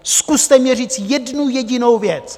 Zkuste mně říct jednu jedinou věc.